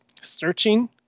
searching